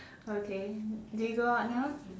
okay do we go out now